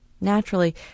Naturally